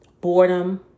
boredom